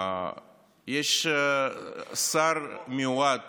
יש שר מיועד